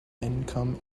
income